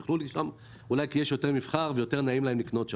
הם ילכו לשם כי אולי יש שם יותר מבחר ויותר נעים להם לקנות שם.